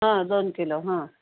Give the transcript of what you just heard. हां दोन किलो हां